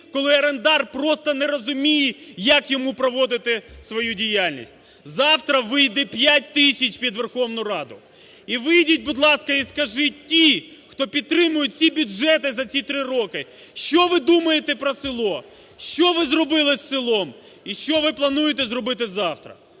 коли орендар просто не розуміє, як йому проводити свою діяльність. Завтра вийде 5 тисяч під Верховну Раду. І вийдіть, будь ласка, і скажіть ті, хто підтримують ці бюджети за ці три роки, що ви думаєте про село, що ви зробили з селом і що ви плануєте зробити завтра.